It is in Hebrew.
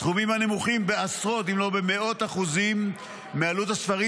סכומים הנמוכים בעשרות אם לא במאות אחוזים מעלות הספרים